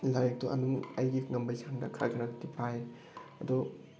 ꯂꯥꯏꯔꯤꯛꯇꯣ ꯑꯗꯨꯝ ꯑꯩꯒꯤ ꯉꯝꯕꯩ ꯆꯥꯡꯗ ꯈꯔ ꯈꯔꯗꯤ ꯐꯥꯏꯌꯦ ꯑꯗꯣ